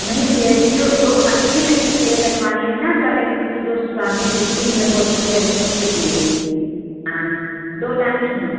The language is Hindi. नहीं भैया इसो गो अच्छी लगने के लिए लगवानी है ना टॉयलेट में कि जो सामने दिखती है सबको सामने अच्छी लग रही इसलिए हाँ दो लानी है